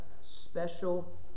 special